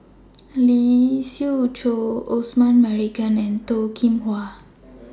Lee Siew Choh Osman Merican and Toh Kim Hwa